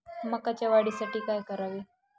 मकाच्या वाढीसाठी काय करावे?